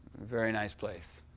very nice place.